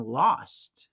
lost